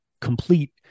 complete